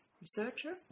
researcher